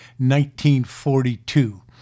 1942